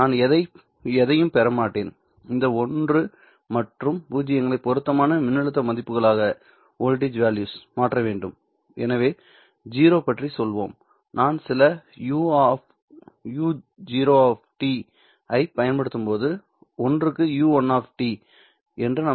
நான் எதையும் பெறமாட்டேன் இந்த 1 மற்றும் பூஜ்ஜியங்களையும் பொருத்தமான மின்னழுத்த மதிப்புகளாக மாற்ற வேண்டும் எனவே 0 பற்றி சொல்வோம் நான் சில uo ஐப் பயன்படுத்தும் போது ஒன்றுக்கு u1 என்று நாம் சரியாகச் செல்கிறோம்